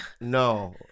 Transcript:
No